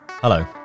Hello